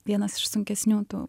vienas iš sunkesnių tu